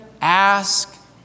ask